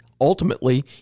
ultimately